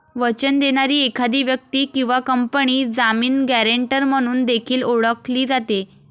वचन देणारी एखादी व्यक्ती किंवा कंपनी जामीन, गॅरेंटर म्हणून देखील ओळखली जाते